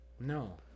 No